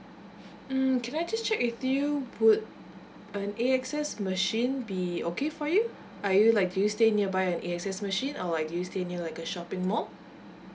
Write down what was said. mm can I just check with you would an A_X_S machine be okay for you are you like do you stay nearby an A_X_S machine or like do you stay near like a shopping mall